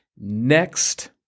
next